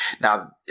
Now